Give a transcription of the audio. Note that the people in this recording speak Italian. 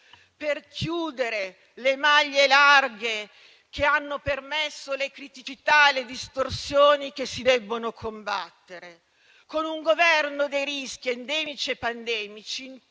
per chiudere le maglie larghe che hanno permesso le criticità e le distorsioni che si devono combattere con un governo dei rischi endemici e pandemici